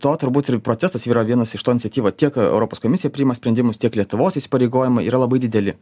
to turbūt ir procesas yra vienas iš to iniciatyva tiek europos komisija priima sprendimus tiek lietuvos įsipareigojimai yra labai dideli